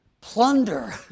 plunder